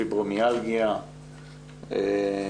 פיברומיאלגיה,